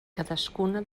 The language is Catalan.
cadascuna